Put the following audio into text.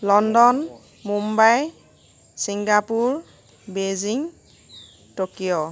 London Mumbai Singapore Beijing Tokyo